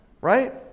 Right